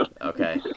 Okay